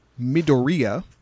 Midoriya